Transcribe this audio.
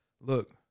Look